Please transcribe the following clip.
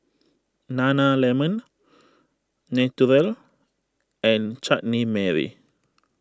Nana Lemon Naturel and Chutney Mary